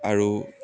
আৰু